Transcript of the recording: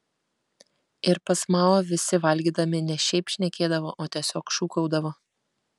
ir pas mao visi valgydami ne šiaip šnekėdavo o tiesiog šūkaudavo